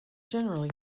generally